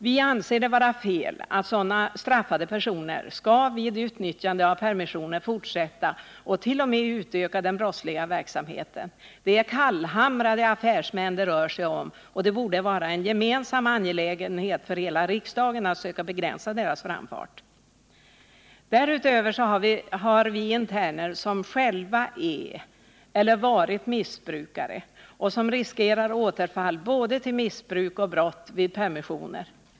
Vi anser det vara fel att sådana straffade personer under permissioner skall kunna fortsätta och t.o.m. utöka den brottsliga verksamheten. Det rör sig om kallhamrade affärsmän, och det borde vara en gemensam angelägenhet för hela riksdagen att söka begränsa deras framfart. Därutöver har vi interner som själva är eller har varit missbrukare och som vid permissioner riskerar återfall till både missbruk och brott.